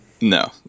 no